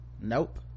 nope